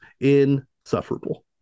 insufferable